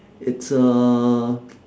it's a